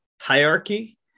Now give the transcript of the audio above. hierarchy